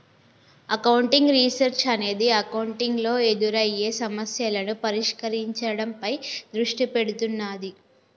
accounting research అనేది accounting లో ఎదురయ్యే సమస్యలను పరిష్కరించడంపై దృష్టి పెడుతున్నాది